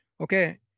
Okay